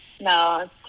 No